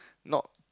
not